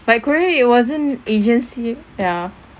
but korea it wasn't agency ya